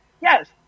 Yes